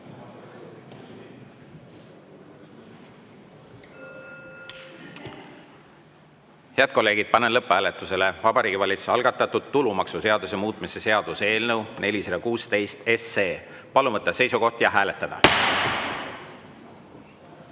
Head kolleegid, panen lõpphääletusele Vabariigi Valitsuse algatatud tulumaksuseaduse muutmise seaduse eelnõu 416. Palun võtta seisukoht ja hääletada!